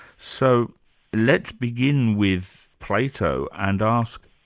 so let's begin with plato and ask,